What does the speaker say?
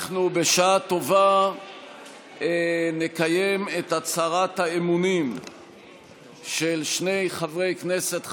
אנחנו בשעה טובה נקיים את הצהרת האמונים של שני חברי כנסת חדשים,